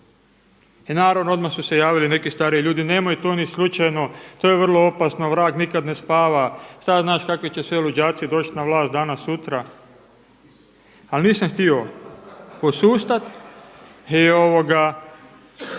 I naravno odmah su se javili neki stariji ljudi, nemoj to ni slučajno, to je vrlo opasno vrag nikad ne spava, šta znaš kakvi će sve luđaci doći danas sutra. Ali nisam htio posustat i išao